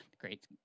Great